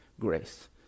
grace